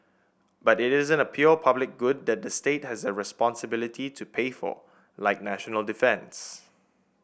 but it isn't a pure public good that the state has the responsibility to pay for like national defence